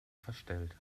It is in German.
verstellt